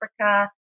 Africa